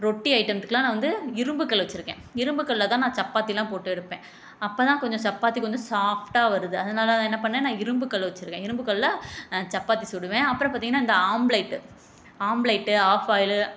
ரொட்டி ஐட்டத்துக்கெலாம் நான் வந்து இரும்பு கல் வச்சுருக்கேன் இரும்பு கல்லைதான் நான் சப்பாத்திலாம் போட்டு எடுப்பேன் அப்போதான் கொஞ்சம் சப்பாத்தி கொஞ்சம் சாஃப்டாக வருது அதனாலதான் நான் என்ன பண்ணிணேன் நான் இரும்பு கல் வச்சுருக்கேன் இரும்பு கல்லில் சப்பாத்தி சுடுவேன் அப்புறம் பார்த்தீங்கன்னா இந்த ஆம்லேட் ஆம்லேட் ஆஃப்பாயில்